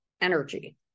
energy